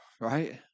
right